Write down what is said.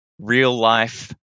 real-life